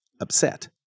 upset